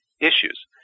issues